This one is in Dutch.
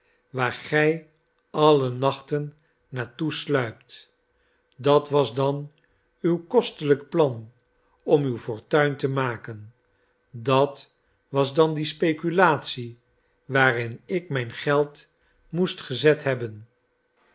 waar gij alle nachten naar toe sluipt dat was dan uw kostelijk plan om uw fortuin te maken dat was dan die speculatie waarin ik mijn geld moest gezet hebben